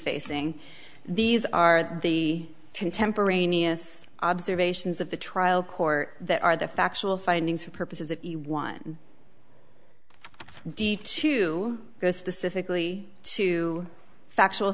facing these are the contemporaneous observations of the trial court that are the factual findings for purposes of one d to go specifically to factual